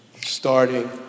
starting